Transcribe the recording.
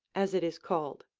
as it is called.